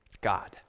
God